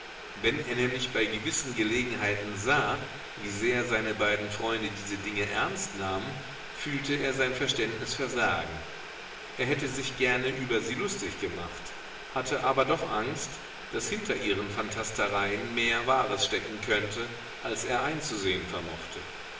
wenn er nämlich bei gewissen gelegenheiten sah wie sehr seine beiden freunde diese dinge ernst nahmen fühlte er sein verständnis versagen er hätte sich gerne über sie lustig gemacht hatte aber doch angst daß hinter ihren phantastereien mehr wahres stecken könnte als er einzusehen vermochte